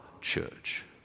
church